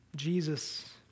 Jesus